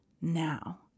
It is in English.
now